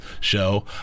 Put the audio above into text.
show